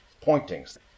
pointings